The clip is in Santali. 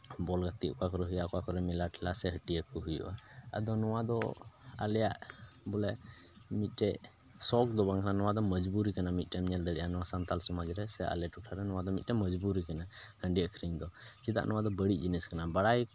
ᱵᱚᱞ ᱜᱟᱛᱮᱜ ᱚᱠᱟ ᱠᱚᱨᱮᱜ ᱦᱩᱭᱩᱜᱼᱟ ᱚᱠᱟ ᱠᱚᱨᱮᱜ ᱢᱮᱞᱟ ᱥᱮ ᱦᱟᱹᱴᱭᱟᱹ ᱠᱚ ᱦᱩᱭᱩᱜᱼᱟ ᱟᱫᱚ ᱱᱚᱣᱟ ᱫᱚ ᱟᱞᱮᱭᱟᱜ ᱵᱚᱞᱮ ᱢᱤᱫᱴᱮᱱ ᱥᱚᱠ ᱫᱚ ᱵᱟᱝ ᱠᱟᱱᱟ ᱱᱚᱣᱟ ᱫᱚ ᱢᱚᱡᱽᱵᱩᱨᱤ ᱠᱟᱱᱟ ᱢᱤᱫᱴᱮᱱᱮᱢ ᱧᱮᱞ ᱫᱟᱲᱮᱭᱟᱜᱼᱟ ᱥᱟᱱᱛᱟᱲ ᱥᱚᱢᱟᱡᱽ ᱨᱮ ᱥᱮ ᱟᱞᱮ ᱴᱚᱴᱷᱟᱨᱮ ᱱᱚᱣᱟ ᱫᱚ ᱢᱤᱫᱴᱮᱱ ᱢᱚᱡᱽᱵᱩᱨᱤ ᱠᱟᱱᱟ ᱦᱟᱺᱰᱤ ᱟᱠᱷᱨᱤᱧ ᱫᱚ ᱪᱮᱫᱟᱜ ᱱᱚᱣᱟ ᱫᱚ ᱵᱟᱹᱲᱤᱡ ᱡᱤᱱᱤᱥ ᱠᱟᱱᱟ ᱵᱟᱲᱟᱭ